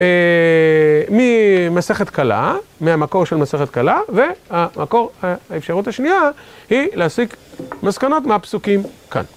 ממסכת קלה, מהמקור של מסכת קלה והמקור, האפשרות השנייה היא להסיק מסקנות מהפסוקים כאן.